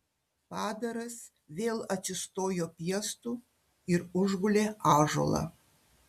padaras vėl atsistojo piestu ir užgulė ąžuolą